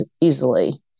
easily